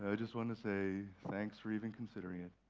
ah just want to say thanks for even considering it.